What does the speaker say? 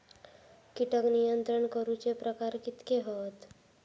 कीटक नियंत्रण करूचे प्रकार कितके हत?